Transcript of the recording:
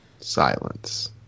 silence